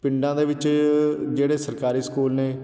ਪਿੰਡਾਂ ਦੇ ਵਿੱਚ ਜਿਹੜੇ ਸਰਕਾਰੀ ਸਕੂਲ ਨੇ